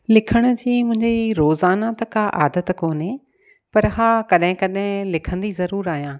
लिखण जी मुंहिंजी रोज़ाना त का आदति कोने पर हा कॾहिं कॾहिं लिखंदी ज़रूरु आहियां